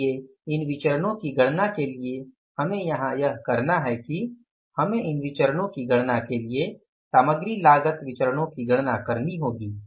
इसलिए इन विचरणो की गणना के लिए हमें यहाँ यह करना है कि हमें इन विचरणो की गणना के लिए सामग्री लागत विचरणो की गणना करनी होगी